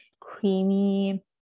creamy